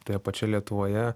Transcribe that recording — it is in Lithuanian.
toje pačioje lietuvoje